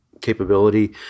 capability